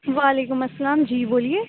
وعلیکم السّلام جی بولیے